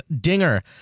dinger